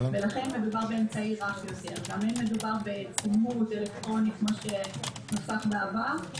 לכן מדובר באמצעי רך יותר לא צימוד אלקטרוני כפי שנוסח בעבר,